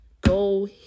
go